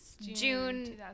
June